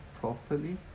properly